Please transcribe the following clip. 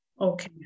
Okay